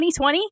2020